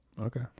Okay